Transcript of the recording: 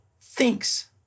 thinks